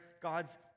God's